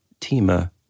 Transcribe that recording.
Tima